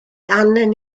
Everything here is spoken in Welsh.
angen